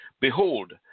Behold